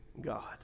God